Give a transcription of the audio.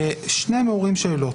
שניהם מעוררים שאלות.